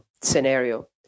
scenario